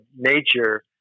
nature